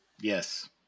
Yes